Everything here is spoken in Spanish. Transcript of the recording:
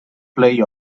play